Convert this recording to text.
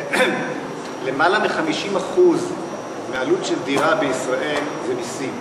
יותר מ-50% מעלות של דירה בישראל זה מסים.